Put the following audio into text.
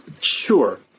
Sure